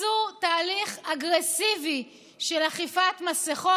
עשו תהליך אגרסיבי של אכיפת מסכות,